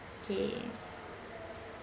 okay